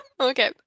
Okay